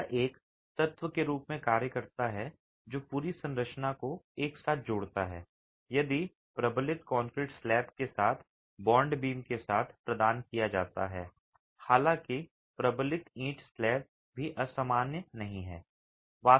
यह एक तत्व के रूप में कार्य करता है जो पूरी संरचना को एक साथ जोड़ता है यदि प्रबलित कंक्रीट स्लैब के साथ बांड बीम के साथ प्रदान किया जाता है हालांकि प्रबलित ईंट स्लैब भी असामान्य नहीं हैं